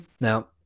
Now